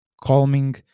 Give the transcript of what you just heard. calming